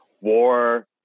war